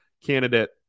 candidate